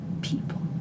people